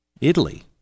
Italy